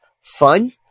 fun